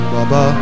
Baba